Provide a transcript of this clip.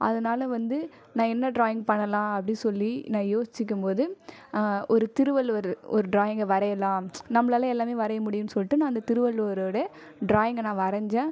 அதனால் வந்து நான் என்ன ட்ராயிங் பண்ணலாம் அப்படி சொல்லி நான் திருவள்ளுவர் ஒரு ட்ராயிங்கை வரையலாம் நம்மளால எல்லாமே வரைய முடியும் சொல்லிட்டு அந்த திருவள்ளுவரோட ட்ராயிங்கை நான் வரஞ்சே